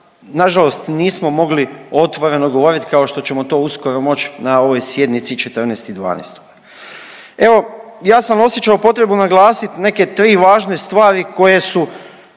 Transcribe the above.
nažalost nismo mogli otvoreno govorit, kao što ćemo to uskoro moć na ovoj sjednici 14.12.. Evo, ja sam osjećao potrebu naglasit neke 3 važne stvari koje su